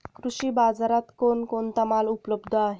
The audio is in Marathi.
कृषी बाजारात कोण कोणता माल उपलब्ध आहे?